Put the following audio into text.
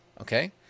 okay